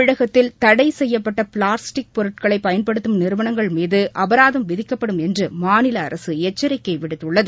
தமிழகத்தில் தடை செய்யப்பட்ட பிளாஸ்டிக் பொருட்களை பயன்படுத்தும் நிறுவனங்கள் மீது அபராதம் விதிக்கப்படும் என்று மாநில அரசு எச்சரிக்கை விடுத்துள்ளது